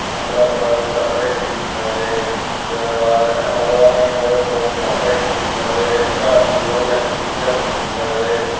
मिनतरा परां कपड़े खरीदी सकदे फिर उ'दे बाद ऐमेजान परां कपड़े खरीदी सकदे घार यूज होने आह्लियां चीजां खरीदी सकदे